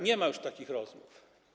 Nie ma już takich rozmów.